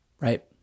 right